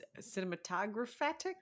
cinematographic